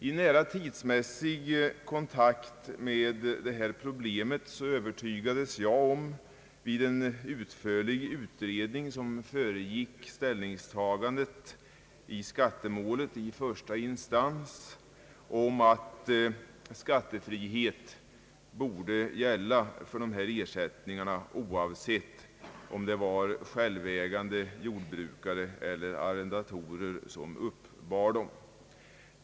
I nära tidsmässig kontakt med detta problem övertygades jag om, vid en utförlig utredning, som föregick ställningstagandet i skattemålet i första instans, att skattefrihet borde gälla för dessa ersättningar oavsett om det var självägande jordbrukare eller arrendatorer som uppbar dem.